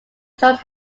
george